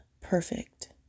perfect